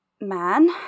man